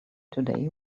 today